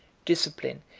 discipline,